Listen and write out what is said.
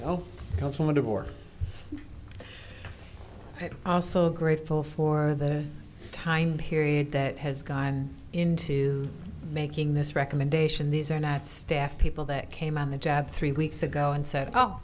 oh come from a divorce also grateful for that time period that has gone into making this recommendation these are not staff people that came on the job three weeks ago and said oh